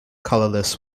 colorless